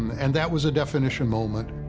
and that was a definition moment.